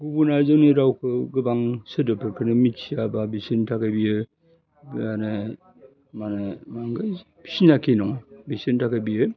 गुबुन जोंनि रावखौ गोबां सोदोबफोरखौनो मिथियाबा बिसोरनि थाखाय बियो माने माने बांद्राय सिनाखि नङा बिसोरनि थाखाय बियो